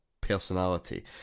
personality